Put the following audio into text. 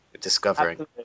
Discovering